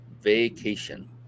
vacation